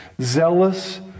zealous